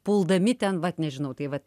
puldami ten vat nežinau tai vat